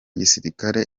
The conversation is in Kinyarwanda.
gisirikare